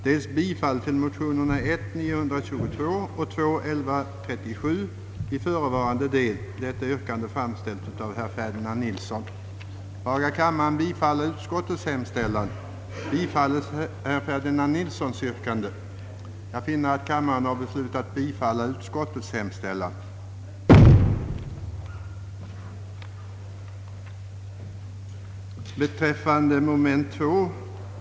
Förnekar herr Ferdinand Nilsson i dag vad han tidigare har skrivit? Förslaget gåve möjlighet till undantag från bestämmelserna om minimiavstånd och maximilängd bland annat för kombinationer som brukats före ikraftträdandet av de nya föreskrifterna.